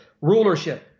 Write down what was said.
rulership